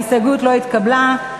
ההסתייגות לא התקבלה.